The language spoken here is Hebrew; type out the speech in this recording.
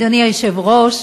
אדוני היושב-ראש,